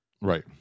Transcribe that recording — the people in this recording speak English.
Right